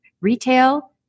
retail